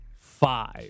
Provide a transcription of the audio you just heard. five